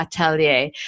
Atelier